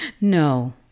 No